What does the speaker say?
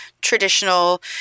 traditional